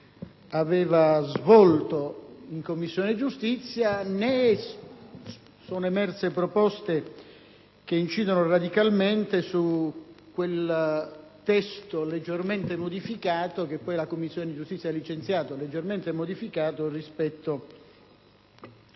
essere in Commissione giustizia, né sono emerse proposte che incidano radicalmente su quel testo, che poi la Commissione giustizia ha licenziato leggermente modificato rispetto a